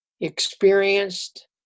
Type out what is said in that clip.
experienced